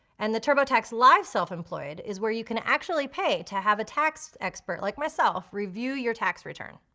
and the turbotax live self-employed is where you can actually pay to have a tax expert, like myself, review your tax return.